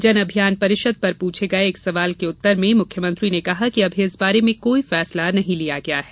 जन अभियान परिषद पर पूछे गये एक सवाल के उत्तर में मुख्यमंत्री ने कहा कि अभी इस बारे में कोई फैसला नहीं लिया गया है